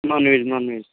non veg non veg